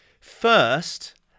First